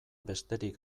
besterik